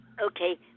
Okay